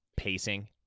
pacing